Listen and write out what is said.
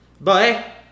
Bye